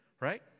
right